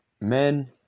Men